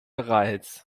bereits